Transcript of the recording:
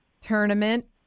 tournament